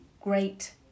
great